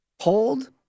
hold